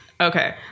Okay